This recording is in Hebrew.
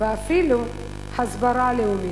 ואפילו הסברה לאומית.